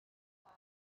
fire